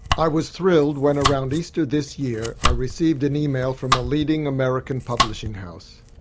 i was thrilled when around easter this year i received an email from a leading american publishing house.